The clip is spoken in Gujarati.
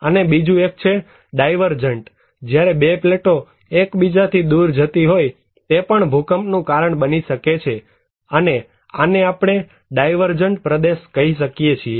અને બીજું એક છે ડાયવરજન્ટ જ્યારે બે પ્લેટો એકબીજાથી દૂર જતી હોય તે પણ ભૂકંપ નું કારણ બની શકે અને આને આપણે ડાયવરજન્ટ પ્રદેશ કહીએ છીએ